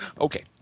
Okay